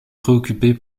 préoccupé